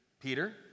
Peter